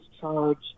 charged